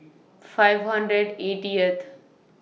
five hundred eightieth